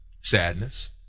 Sadness